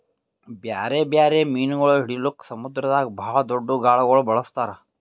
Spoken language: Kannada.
ಬ್ಯಾರೆ ಬ್ಯಾರೆ ಮೀನುಗೊಳ್ ಹಿಡಿಲುಕ್ ಸಮುದ್ರದಾಗ್ ಭಾಳ್ ದೊಡ್ದು ಗಾಳಗೊಳ್ ಬಳಸ್ತಾರ್